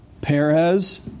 Perez